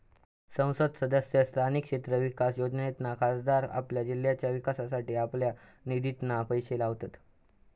संसद सदस्य स्थानीय क्षेत्र विकास योजनेतना खासदार आपल्या जिल्ह्याच्या विकासासाठी आपल्या निधितना पैशे लावतत